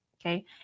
Okay